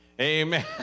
Amen